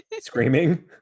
Screaming